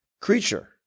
creature